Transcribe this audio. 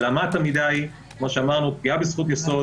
אבל אמת המידה היא כמו שאמרנו - פגיעה בזכות יסוד,